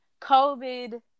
COVID